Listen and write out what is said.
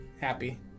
happy